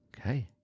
Okay